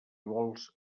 vols